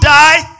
die